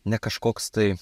ne kažkoks tai